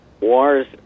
wars